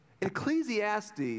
Ecclesiastes—